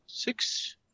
Six